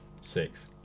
Six